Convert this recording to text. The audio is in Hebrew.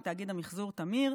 עם תאגיד המחזור תמיר.